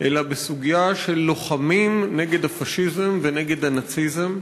אלא בסוגיה של לוחמים נגד הפאשיזם ונגד הנאציזם.